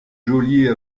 geôlier